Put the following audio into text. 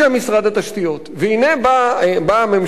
והנה באה הממשלה והציעה תיקון,